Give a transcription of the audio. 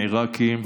עיראקים,